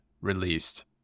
released